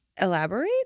Elaborate